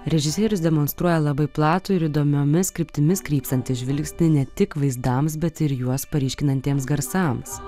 režisierius demonstruoja labai platų ir įdomiomis kryptimis krypstantį žvilgsnį ne tik vaizdams bet ir juos paryškinantiems garsams